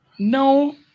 No